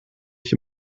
ich